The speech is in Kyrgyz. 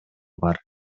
бар